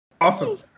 Awesome